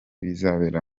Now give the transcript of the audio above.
bizabera